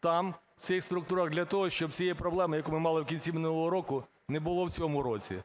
там в цих структурах для того, щоб цієї проблеми, яку ми мали в кінці минулого року, не було в цьому році?